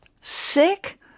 sick